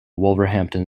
wolverhampton